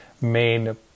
main